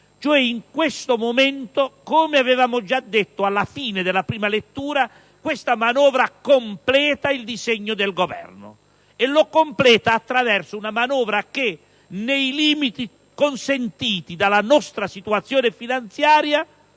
2012. In questo momento, quindi, come avevamo già detto alla fine della prima lettura, questo provvedimento completa il disegno del Governo attraverso una manovra che, nei limiti consentiti dalla nostra situazione finanziaria,